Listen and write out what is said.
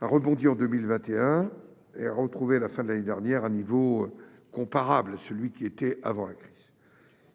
a rebondi en 2021 et a retrouvé à la fin de l'année dernière son niveau d'avant-crise.